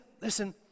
listen